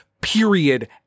period